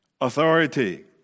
authority